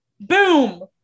Boom